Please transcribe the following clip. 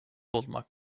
olmak